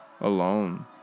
alone